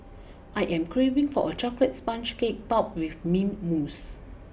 I am craving for a Chocolate Sponge Cake topped with Mint Mousse